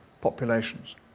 populations